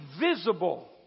visible